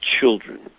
children